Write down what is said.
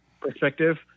perspective